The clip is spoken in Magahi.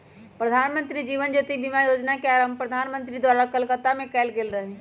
प्रधानमंत्री जीवन ज्योति बीमा जोजना के आरंभ प्रधानमंत्री द्वारा कलकत्ता में कएल गेल रहइ